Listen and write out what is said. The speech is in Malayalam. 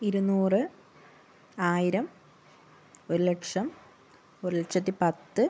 ഇരുന്നൂറ് ആയിരം ഒരു ലക്ഷം ഒരുലക്ഷത്തി പത്ത്